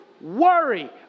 worry